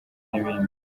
n’ibindi